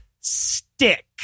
Stick